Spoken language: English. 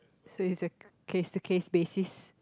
so it's a case to case basis